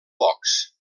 pocs